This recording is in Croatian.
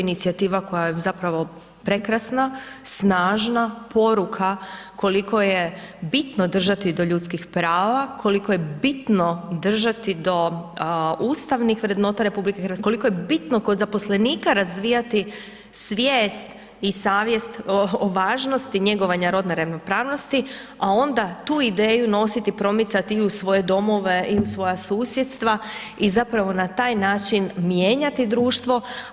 Inicijativa koja je zapravo prekrasna, snažna poruka koliko je bitno držati do ljudskih prava, koliko je bitno držati do ustavnih vrednota Republike Hrvatske, koliko je bitno kod zaposlenika razvijati svijest i savjest o važnosti njegovanja rodne ravnopravnosti, a onda tu ideju nositi, promicati i u svoje domove i u svoja susjedstva i zapravo na taj način mijenjati društvo.